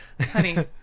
Honey